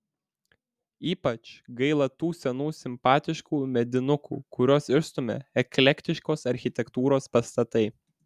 ypač gaila tų senų simpatiškų medinukų kuriuos išstumia eklektiškos architektūros pastatai